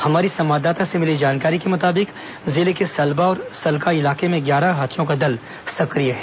हमारी संवाददाता से मिली जानकारी के मुताबिक जिले के सलबा और सलका इलाके में ग्यारह हाथियों का दल सक्रिय है